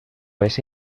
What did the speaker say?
ese